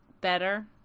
better